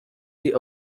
the